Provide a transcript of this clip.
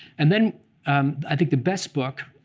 and then i think the best book,